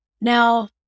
Now